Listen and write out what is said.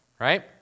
right